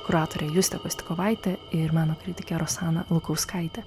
kuratore juste kostikovaite ir meno kritike rosana lukauskaite